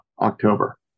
October